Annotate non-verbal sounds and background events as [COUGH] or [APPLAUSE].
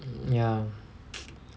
ya [NOISE]